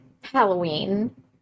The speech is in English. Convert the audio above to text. Halloween